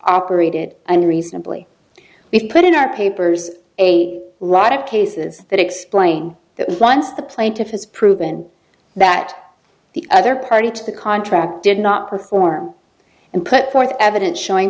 operated unreasonably we've put in our papers a lot of cases that explaining that once the plaintiff has proven that the other party to the contract did not perform and put forth evidence showing